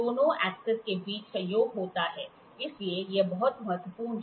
दोनों अक्सेस के बीच संयोग होता है इसलिए यह बहुत महत्वपूर्ण है